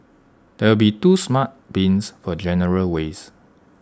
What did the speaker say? there will be two smart bins for general waste